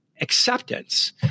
acceptance